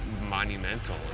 monumental